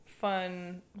Fun